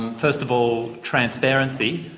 first of all transparency